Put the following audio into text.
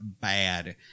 bad